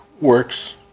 works